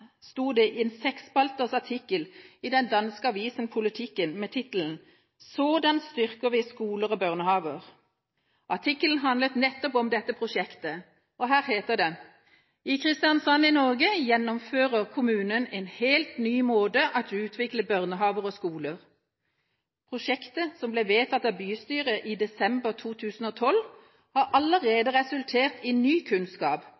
sto det en seksspalters artikkel i den danske avisen Politiken med tittelen: «Sådan styrker vi skoler og børnehaver.» Artikkelen handlet om nettopp dette prosjektet, og her heter det: «I Kristiansand i Norge gennemfører kommunen en helt ny måde at udvikle børnehaver og skoler.» Prosjektet, som ble vedtatt av bystyret i desember 2012, har allerede resultert i ny kunnskap,